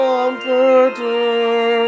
Comforter